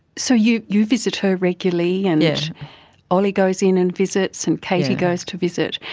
so you you visit her regularly, and ollie goes in and visits, and katie goes to visit.